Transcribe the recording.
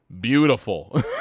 Beautiful